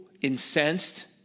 incensed